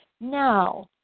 now